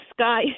sky